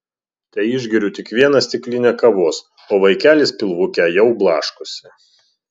teišgeriu tik vieną stiklinę kavos o vaikelis pilvuke jau blaškosi